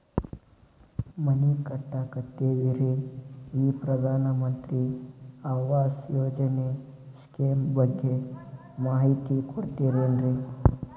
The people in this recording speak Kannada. ಮನಿ ಕಟ್ಟಕತೇವಿ ರಿ ಈ ಪ್ರಧಾನ ಮಂತ್ರಿ ಆವಾಸ್ ಯೋಜನೆ ಸ್ಕೇಮ್ ಬಗ್ಗೆ ಮಾಹಿತಿ ಕೊಡ್ತೇರೆನ್ರಿ?